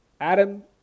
Adam